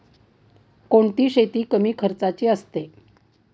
कोणती शेती कमी खर्चाची असते?